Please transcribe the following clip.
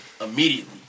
immediately